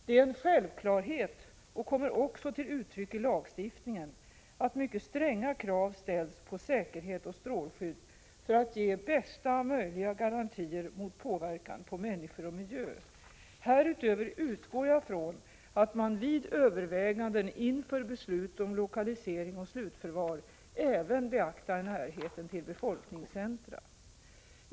Det är en självklarhet, och kommer också till uttryck i lagstiftningen, att mycket stränga krav ställs på säkerhet och strålskydd för att ge bästa möjliga garantier mot påverkan på människor och miljö. Härutöver utgår jag från att man vid överväganden inför beslut om lokalisering och slutförvar även beaktar närheten till befolkningscentra.